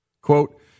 Quote